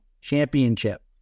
championship